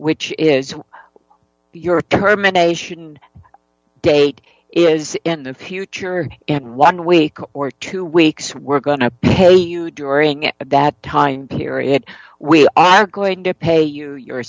which is your terminations and date is in the future or in one week or two weeks we're going to pay you during that time period we are going to pay you your